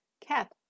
cat